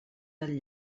del